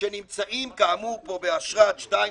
שנמצאים פה כאמור באשרת 2(א)5.